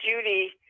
Judy